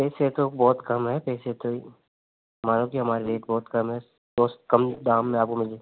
पैसे तो बहुत कम है पैसे तो मानों तो हमारे लिए बहुत कम है कम दाम में आपको मिल